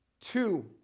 Two